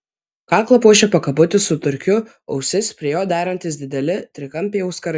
kaklą puošė pakabutis su turkiu ausis prie jo derantys dideli trikampiai auskarai